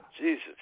Jesus